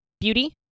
Beauty